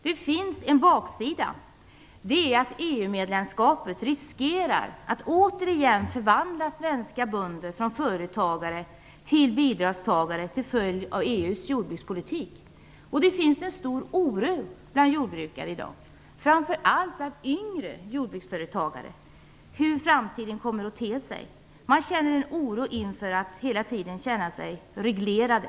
Det finns en baksida. Det är att EU-medlemskapet riskerar att återigen förvandla svenska bönder från företagare till bidragstagare till följd av EU:s jordbrukspolitik. Det finns en stor oro bland jordbrukare i dag, framför allt bland yngre jordbruksföretagare, för hur framtiden kommer att te sig. Man känner en oro inför att hela tiden känna sig reglerad.